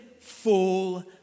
full